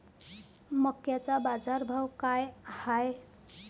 मक्याचा बाजारभाव काय हाय?